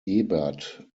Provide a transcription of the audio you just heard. ebert